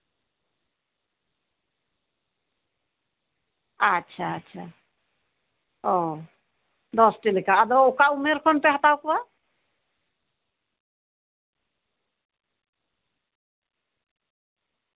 ᱟᱪᱪᱷᱟ ᱟᱪᱪᱷᱟ ᱚ ᱫᱚᱥᱴᱤ ᱞᱮᱠᱟ ᱟᱫᱚ ᱚᱠᱟ ᱩᱢᱮᱨ ᱠᱷᱚᱱ ᱯᱮ ᱦᱟᱛᱟᱣ ᱠᱚᱣᱟ